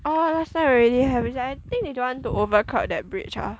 oh last time already have which I think they don't want to overcrowd that bridge ah